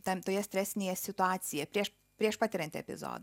tam toje stresinėje situacija prieš prieš patiriant epizodą